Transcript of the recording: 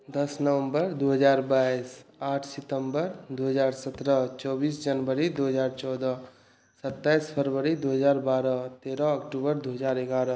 दस नवम्बर दू हजार बाइस आठ सितम्बर दू हजार सतरह चौबीस जनवरी दू हजार चौदह सत्ताइस फरवरी दू हजार बारह तरह अक्टुबर दू हजार इगारह